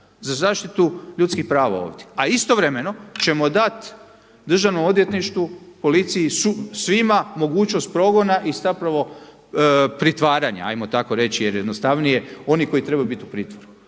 za zaštitu ljudskih prava ovdje. A istovremeno ćemo dati Državnom odvjetništvu, policiji, svima mogućnost progona i zapravo pritvaranja ajmo tako reći jer je jednostavnije oni koji trebaju biti u pritvoru.